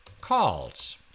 calls